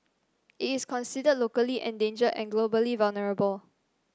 it is considered locally endangered and globally vulnerable